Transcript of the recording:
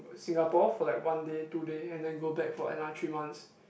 Singapore for like one day two day and then go back for another three months